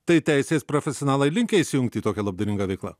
tai teisės profesionalai linkę įsijungt į tokią labdaringą veiklą